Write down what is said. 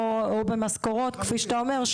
או במשכורות כפי שאתה אומר,